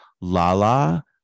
lala